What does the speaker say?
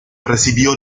recibió